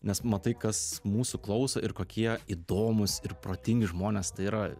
nes matai kas mūsų klauso ir kokie įdomūs ir protingi žmonės tai yra